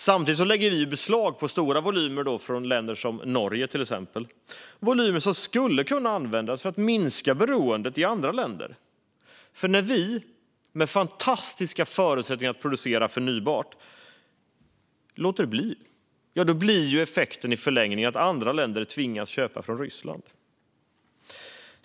Samtidigt lägger vi beslag på stora volymer från länder som exempelvis Norge, volymer som skulle kunna användas för att minska beroendet i andra länder. När vi som har fantastiska förutsättningar att producera förnybart låter bli blir effekten i förlängningen att andra länder tvingas att köpa från Ryssland.